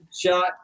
shot